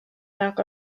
nag